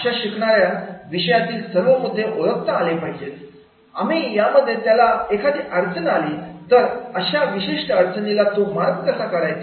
अशा शिकणाऱ्या विषयातील सर्व मुद्दे ओळखता आले पाहिजेत आम्ही यामध्ये त्याला एखादी अडचण आली तर अशा विशिष्ट अडचणीला तो मार्ग कसा काढायचा